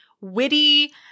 witty